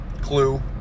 Clue